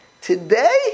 Today